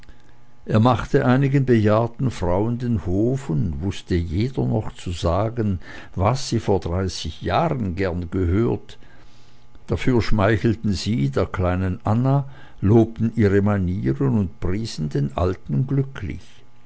er machte einigen bejahrten frauen den hof und wußte jeder noch zu sagen was sie vor dreißig jahren gern gehört dafür schmeichelten sie der kleinen anna lobten ihre manieren und priesen den alten glücklich